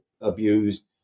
abused